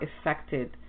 affected